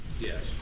Yes